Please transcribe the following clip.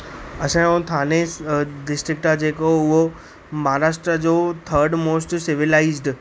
असांजो थाणे डिस्ट्रिक्ट आहे जेको उहो महाराष्ट्र जो थर्ड मोस्ट सिविलाइज़्ड